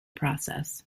process